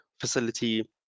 facility